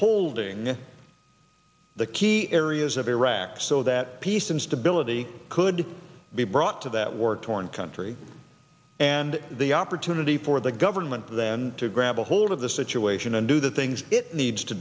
holding the key areas of iraq so that peace and stability could be brought to that war torn country and the opportunity for the government then to grab a hold of the situation and do the things it needs to